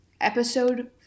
episode